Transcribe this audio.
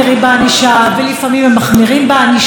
ואין ספק שהחמרת ענישה זו דרך פעולה.